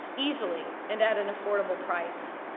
easily, and at an affordable price.